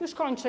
Już kończę.